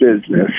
business